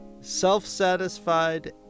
self-satisfied